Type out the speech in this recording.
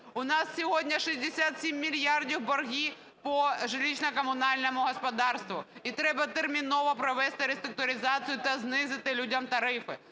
У нас сьогодні 67 мільярдів борги по жилищно-коммунальному господарству, і треба терміново провести реструктуризацію та знизити людям тарифи.